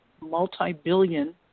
multi-billion